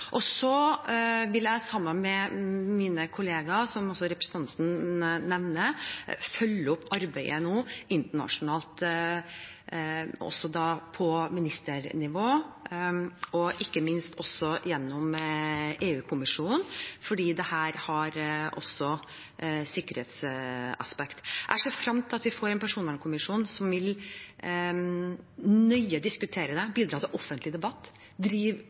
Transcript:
Så vil jeg, sammen med mine kollegaer som representanten nevnte, nå følge opp arbeidet internasjonalt, også på ministernivå, og ikke minst gjennom EU-kommisjonen, fordi dette også har sikkerhetsaspekter. Jeg ser frem til at vi får en personvernkommisjon som vil diskutere dette nøye, bidra til offentlig debatt og drive